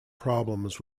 problems